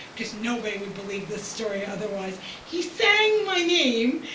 because nobody would believe this story otherwise he sang my name.